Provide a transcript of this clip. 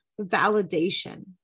Validation